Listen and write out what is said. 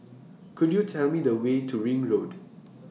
Could YOU Tell Me The Way to Ring Road